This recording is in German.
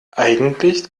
eigentlich